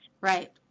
Right